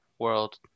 world